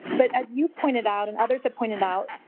but as you pointed out and others have pointed out,